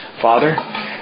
Father